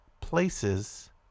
places